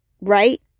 right